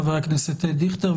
חבר הכנסת דיכטר,